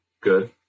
Good